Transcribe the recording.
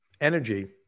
energy